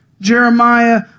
Jeremiah